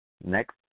next